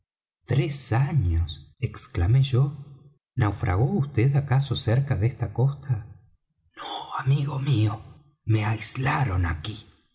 tres años exclamé yo naufragó vd acaso cerca de esta costa no amigo mío me aislaron aquí